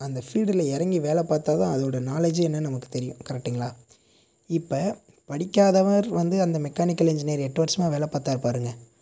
அந்த ஃபீல்டில் இறங்கி வேலை பார்த்தாதான் அதோட நாலேட்ஜே என்னென்னு நமக்கு தெரியும் கரெக்ட்டுங்களா இப்போ படிக்காதவர் வந்து அந்த மெக்கானிக்கல் இன்ஜினியர் எட்டு வருஷமா வேலை பார்த்தாரு பாருங்க